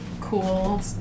cool